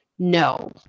No